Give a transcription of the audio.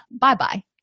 Bye-bye